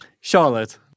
Charlotte